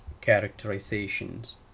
characterizations